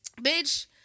Bitch